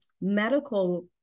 medical